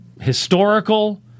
historical